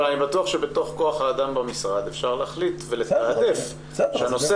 אבל אני בטוח שבתוך כח האדם במשרד אפשר להחליט ולתעדף שהנושא